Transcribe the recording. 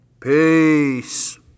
Peace